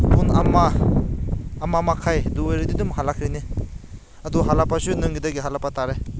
ꯄꯨꯡ ꯑꯃ ꯑꯃ ꯃꯈꯥꯏ ꯑꯗꯨ ꯑꯣꯏꯔꯗꯤ ꯑꯗꯨꯝ ꯍꯜꯂꯛꯈ꯭ꯔꯅꯤ ꯑꯗꯨ ꯍꯜꯂꯛꯄꯁꯨ ꯅꯨꯡꯊꯤꯟꯗꯒꯤ ꯍꯜꯂꯛꯄ ꯇꯥꯔꯦ